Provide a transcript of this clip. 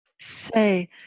say